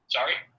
Sorry